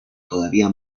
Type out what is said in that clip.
todavía